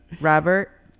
Robert